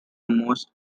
most